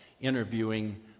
interviewing